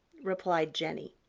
replied jenny.